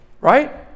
right